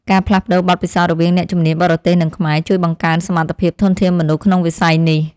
ការផ្លាស់ប្តូរបទពិសោធន៍រវាងអ្នកជំនាញបរទេសនិងខ្មែរ ជួយបង្កើនសមត្ថភាពធនធានមនុស្សក្នុងវិស័យនេះ។